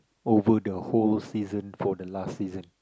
over the whole season for the last season